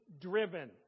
driven